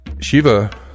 Shiva